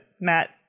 Matt